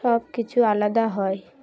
সব কিছু আলাদা হয়